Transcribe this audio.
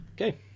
Okay